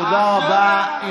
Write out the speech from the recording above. תודה רבה.